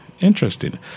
Interesting